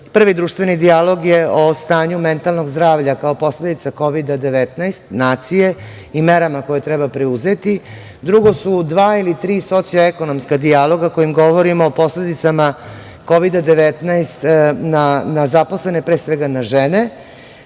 Prvi društveni dijalog je o stanju mentalnog zdravlja, kao posledica Kovida – 19 nacije i merama koje treba preduzeti. Drugo su dva ili tri socioekonomska dijaloga kojim govorimo o posledicama Kovida – 19 na zaposlene, pre svega, na žene.